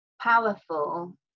powerful